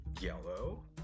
Yellow